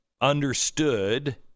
understood